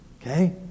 Okay